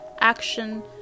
action